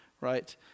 right